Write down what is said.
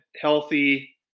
healthy